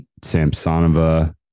Samsonova